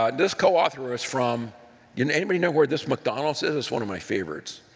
ah this co-author was from you know anybody know where this mcdonald's is? it's one of my favorites.